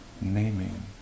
Naming